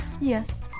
Yes